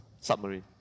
submarine